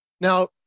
Now